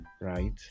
right